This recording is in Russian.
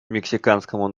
мексиканскому